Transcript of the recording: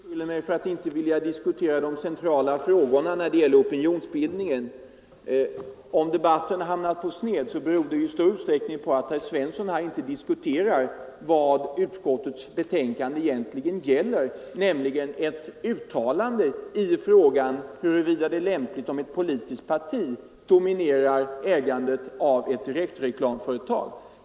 Herr talman! Herr Svensson i Eskilstuna beskyller mig för att inte vilja diskutera de centrala frågorna när det gäller opinionsbildningen. Om debatten hamnat på sned, så beror det i stor utsträckning på att herr Svensson inte diskuterar vad utskottets betänkande egentligen handlar om, nämligen ett uttalande i frågan huruvida det är lämpligt att ett politiskt parti dominerar ägandet av ett direktreklamföretag.